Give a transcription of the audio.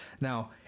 now